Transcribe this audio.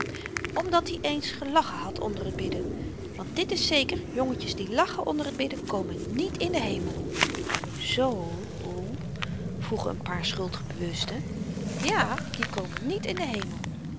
omdat i eens gelachen had onder t bidden want dit is zeker jongetjes die lachen onder t bidden komen niet in den hemel z o o o vroegen n paar schuldbewusten ja die komen niet in den hemel